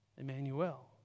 Emmanuel